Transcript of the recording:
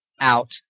out